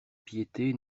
piété